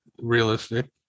realistic